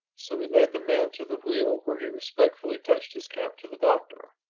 so we led the man to the wheel where he respectfully touched his cap to the doctor.